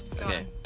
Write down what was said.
Okay